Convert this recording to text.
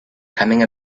coming